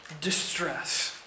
distress